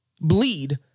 bleed